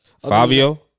Fabio